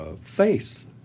faith